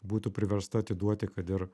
būtų priversta atiduoti kad ir